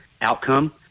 outcome